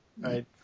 Right